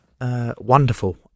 Wonderful